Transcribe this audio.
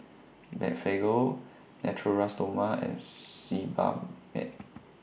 Blephagel Natura Stoma and Sebamed